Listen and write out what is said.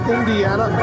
Indiana